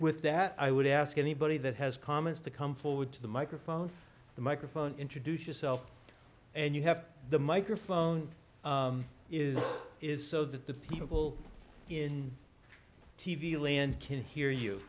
with that i would ask anybody that has comments to come forward to the microphone the microphone introduce yourself and you have the microphone is is so that the people in t v land can't hear you